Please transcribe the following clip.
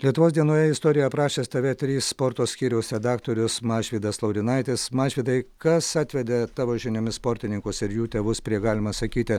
lietuvos dienoje istoriją aprašęs tv trys sporto skyriaus redaktorius mažvydas laurinaitis mažvydai kas atvedė tavo žiniomis sportininkus ir jų tėvus prie galima sakyti